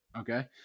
Okay